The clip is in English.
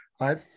right